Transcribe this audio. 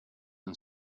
and